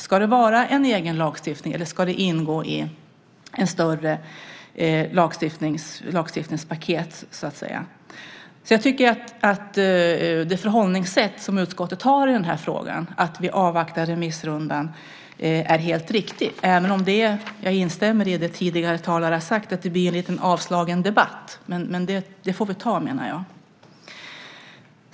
Ska det vara en egen lagstiftning eller ska det ingå i ett större lagstiftningspaket? Jag tycker att det förhållningssätt som utskottet har, nämligen att vi avvaktar remissrundan, är helt riktigt. Jag instämmer visserligen i det som tidigare talare har sagt om att det blir en avslagen debatt, men det får vi ta, menar jag.